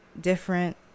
Different